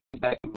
back